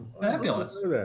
Fabulous